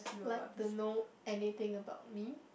like to know anything about me